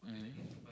mmhmm